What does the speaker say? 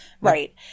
Right